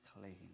clean